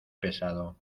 pesado